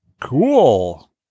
Cool